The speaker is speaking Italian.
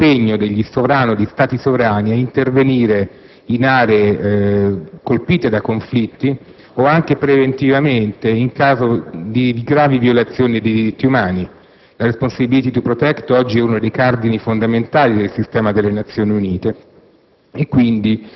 ovverosia dell'impegno degli Stati sovrani a intervenire in aree colpite da conflitti o anche preventivamente in caso di gravi violazioni di diritti umani. La *responsibility* *to* *protect* oggi è uno dei cardini fondamentali del sistema delle Nazioni Unite